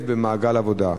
במעגל העבודה?